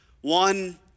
one